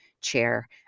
chair